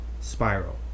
spiral